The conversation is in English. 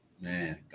Man